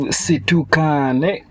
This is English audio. situkane